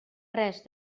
res